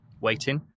waiting